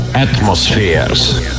atmospheres